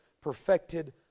perfected